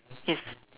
yes